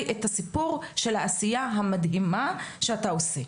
את הסיפור של העשייה המדהימה שאתה עושה,